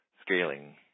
scaling